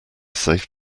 safe